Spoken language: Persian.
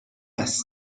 است